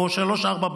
או שלוש-ארבע בנות.